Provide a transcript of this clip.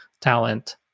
talent